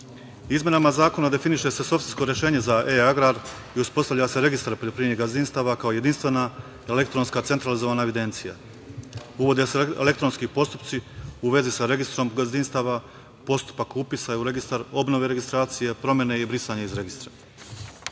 propisa. Izmenama zakona definiše se softversko rešenje za e-agrar i uspostavlja se registar poljoprivrednih gazdinstava, kao jedinstvena elektronska centralizovana evidencija. Uvode se elektronski postupci u vezi sa registrom gazdinstava, postupak upisa u registar, obnove registracije, promene i brisanje iz registra. Novo